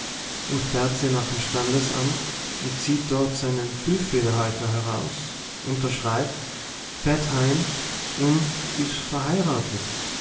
und fährt se nach dem standesamt und zieht dort seinen füllfederhalter heraus unterschreibt fährt heim und is verheiratet